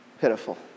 pitiful